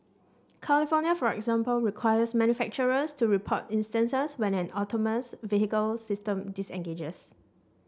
California for example requires manufacturers to report instances when an autonomous vehicle system disengages